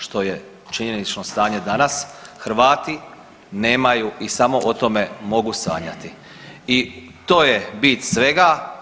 Što je činjenično stanje danas, Hrvati nemaju i samo o tome mogu sanjati i to je bit svega.